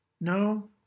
No